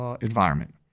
environment